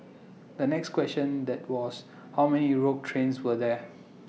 the next question that was how many rogue trains were there